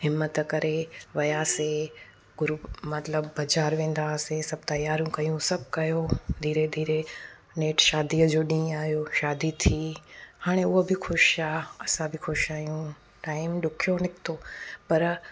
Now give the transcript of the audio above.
हिंमत करे वियासीं गुरू मतलबु बाज़ारि वेंदा हुआसीं सभु तयारूं कयूं सभु कयो धीरे धीरे नेठि शादीअ जो ॾींहुं आहियो शादी थी हाणे उहो बि ख़ुशि आहे असां बि ख़ुशि आहियूं टाइम ॾुखियो निकितो पर